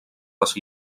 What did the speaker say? les